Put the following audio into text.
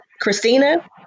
christina